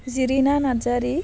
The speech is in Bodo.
जिरिना नारजारि